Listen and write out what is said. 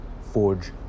forge